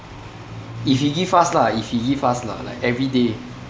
if he give fast lah if he give fast lah like everyday